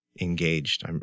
engaged